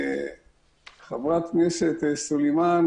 חברת הכנסת סלימאן,